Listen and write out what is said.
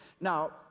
Now